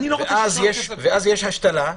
ואז יש השתלה.